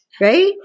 right